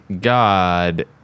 God